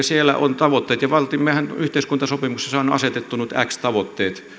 siellä on tavoitteet ja yhteiskuntasopimuksessa on on asetettu nyt x tavoitteet